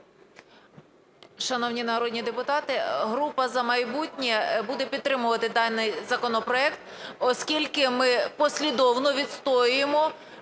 Шановні народні депутати, група "За майбутнє" буде підтримувати даний законопроект, оскільки ми послідовно відстоюємо